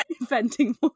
inventing